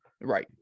Right